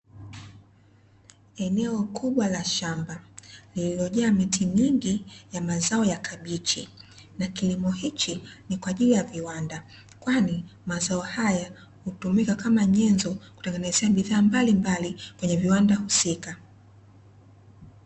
Eneo kubwa la shamba, lililojaa miti mingi ya mazao ya kabichi na kilimo hiki ni kwa ajili ya viwanda, kwani mazao haya hutumika kama nyezo, kutengenezea bidhaa mbalimbali kwenye viwanda husika.